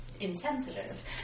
insensitive